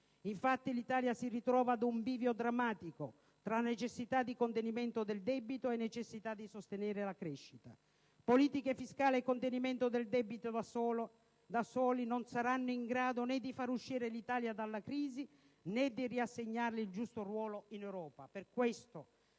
Infatti, l'Italia si trova ad un bivio drammatico, tra necessità di contenimento del debito e necessità di sostenere la crescita. Politiche fiscali e contenimento del debito da soli non saranno in grado né di far uscire l'Italia dalla crisi, né di assegnarle nuovamente il giusto ruolo in Europa. Per questo